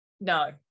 no